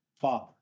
Father